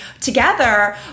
together